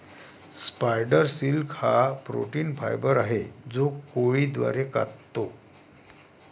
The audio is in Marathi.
स्पायडर सिल्क हा प्रोटीन फायबर आहे जो कोळी द्वारे काततो